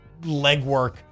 legwork